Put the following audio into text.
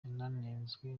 yananenzwe